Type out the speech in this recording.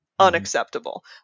unacceptable